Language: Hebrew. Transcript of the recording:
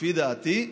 לפי דעתי,